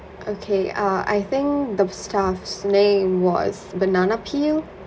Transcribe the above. okay uh I think the staff's name was banana peel